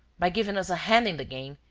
by giving us a hand in the game,